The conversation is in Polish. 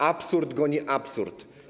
Absurd goni absurd.